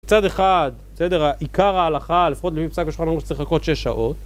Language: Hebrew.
בצד אחד, בסדר, העיקר ההלכה, לפחות למבצע כאשר אנחנו צריכים לחכות שש שעות